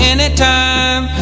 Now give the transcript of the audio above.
Anytime